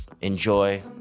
enjoy